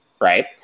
right